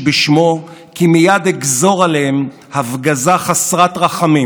לא מדובר בביקורת לשם הביקורת או בדקדוקי עניות חסרי צורך.